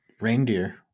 reindeer